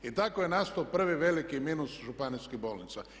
I tako je nastao prvi veliki minus županijskih bolnica.